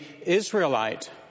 Israelite